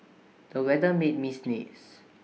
the weather made me sneeze